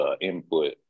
input